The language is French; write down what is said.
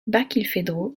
barkilphedro